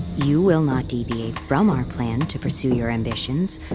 you will not deviate from our plan to pursue your ambitions.